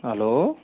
hello